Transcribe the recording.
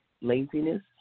laziness